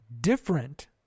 Different